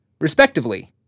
respectively